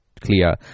clear